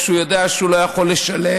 כשהוא יודע שהוא לא יכול לשלם.